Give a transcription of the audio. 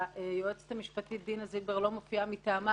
והיועצת המשפטית דינה זילבר לא מופיעה מטעמה,